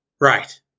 Right